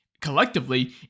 collectively